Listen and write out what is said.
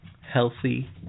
healthy